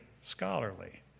scholarly